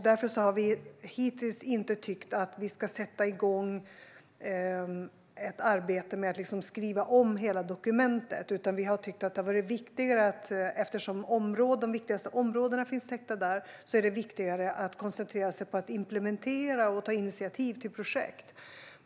Därför har vi inte hittills tyckt att vi ska sätta igång ett arbete med att skriva om hela dokumentet, utan vi har tyckt att det, eftersom de viktigaste områdena finns täckta där, är viktigare att koncentrera sig på att implementera och ta initiativ till projekt.